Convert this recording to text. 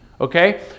Okay